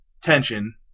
tension